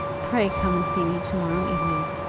pray come and see me to-morrow evening.